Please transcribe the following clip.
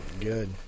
good